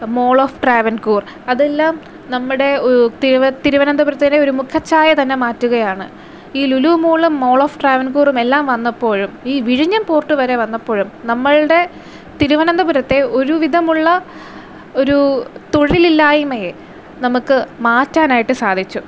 മോൾ of Travancore അതെല്ലാം നമ്മുടെ തിരുവ തിരുവനന്തപുരത്തിന്റെ ഒരു മുഖചായ തന്നെ മാറ്റുകയാണ് ഈ ലുലു മോളും മോൾ ഓഫ് ട്രാവൻകൂറും എല്ലാം വന്നപ്പോഴും ഈ വിഴിഞ്ഞം പോർട്ട് വരെ വന്നപ്പോഴും നമ്മളുടെ തിരുവനന്തപുരത്തെ ഒരുവിധം ഉള്ള ഒരു തൊഴിലില്ലായ്മയെ നമുക്ക് മാറ്റാനായിട്ട് സാധിച്ചു